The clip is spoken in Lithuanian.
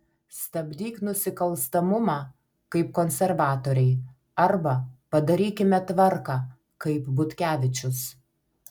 stabdyk nusikalstamumą kaip konservatoriai arba padarykime tvarką kaip butkevičius